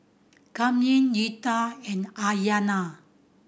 Kamden Retta and Aiyana